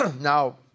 Now